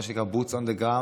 מה שנקרא Boots on the Ground,